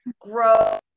grow